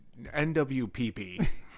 NWPP